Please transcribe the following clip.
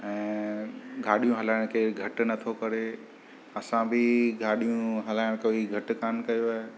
ऐं गाॾियूं हलाइण केरु घटि नथो करे असां बि गाॾियूं हलाइण कोई घटि कान कयो ऐं